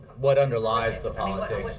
what underlies the politics